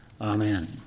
Amen